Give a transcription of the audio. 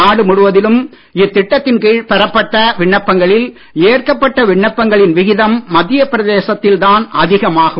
நாடு முழுவதும் இத்திட்டத்தின் கீழ் பெறப்பட்ட விண்ணப்பங்களில் ஏற்கப்பட்ட விண்ணப்பங்களின் விகிதம் மத்திய பிரதேசத்தில் தான் அதிகமாகும்